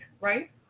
right